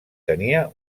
tenia